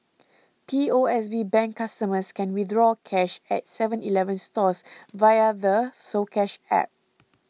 P O S B Bank customers can withdraw cash at Seven Eleven stores via the soCash App